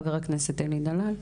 חבר הכנסת אלי דלל.